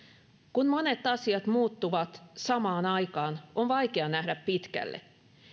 kun monet asiat muuttuvat samaan aikaan on vaikea nähdä pitkälle